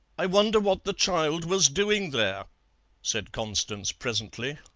i wonder what that child was doing there said constance presently.